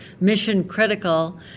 mission-critical